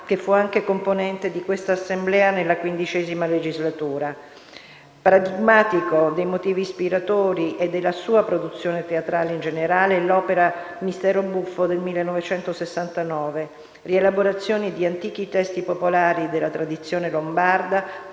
che fu anche componente di quest'Assemblea nella XV legislatura. Paradigmatico dei motivi ispiratori e della sua produzione teatrale in generale è l'opera «Mistero buffo» del 1969, una rielaborazione di antichi testi popolari della tradizione lombarda